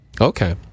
Okay